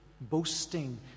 Boasting